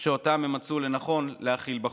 שאותם הם רצו להכניס בחוק.